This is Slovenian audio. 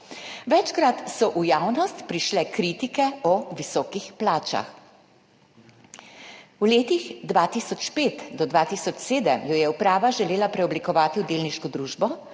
Večkrat so v javnost prišle kritike o visokih plačah. V letih 2005 do 2007 jo je uprava želela preoblikovati v delniško družbo,